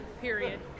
Period